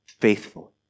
faithful